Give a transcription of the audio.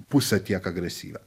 pusę tiek agresyvią